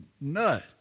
nut